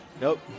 Nope